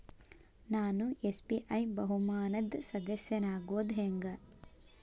ನಾನು ಎಸ್.ಬಿ.ಐ ಬಹುಮಾನದ್ ಸದಸ್ಯನಾಗೋದ್ ಹೆಂಗ?